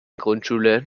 grundschule